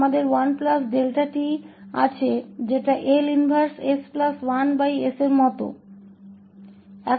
इसलिए हमारे पास इस L प्रतिलोम s1s के मान के रूप में 1 𝛿𝑡 है